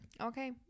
Okay